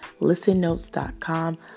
ListenNotes.com